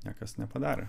niekas nepadarė